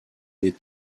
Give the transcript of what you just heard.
des